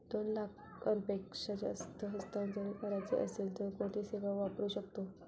दोन लाखांपेक्षा जास्त पैसे हस्तांतरित करायचे असतील तर कोणती सेवा वापरू शकतो?